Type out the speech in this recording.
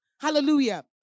Hallelujah